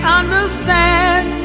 understand